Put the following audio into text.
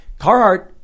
Carhartt